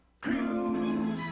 Crew